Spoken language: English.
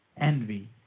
envy